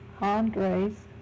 Andres